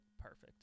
perfect